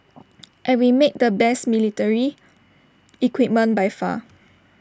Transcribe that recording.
and we make the best military equipment by far